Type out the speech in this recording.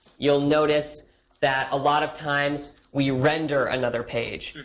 you'll notice that, a lot of times, we render another page.